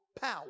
power